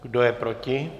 Kdo je proti?